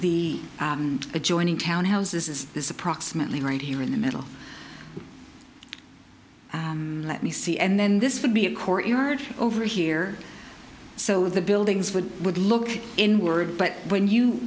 the adjoining townhouses is this approximately right here in the middle let me see and then this would be a courtyard over here so the buildings would would look inward but when you